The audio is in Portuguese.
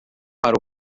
para